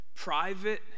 Private